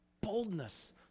Boldness